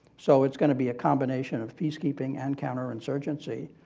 so its going to be a combination of peacekeeping and counterinsurgency,